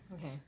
Okay